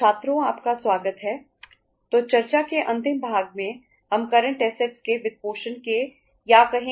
छात्रों आपका स्वागत है